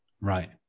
Right